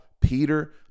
Peter